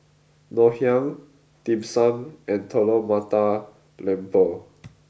Ngoh Hiang Dim Sum and Telur Mata Lembu